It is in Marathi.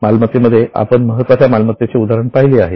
मालमत्तेमध्ये आपण महत्त्वाच्या मालमत्तेचे उदाहरण पाहिले आहे